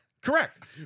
Correct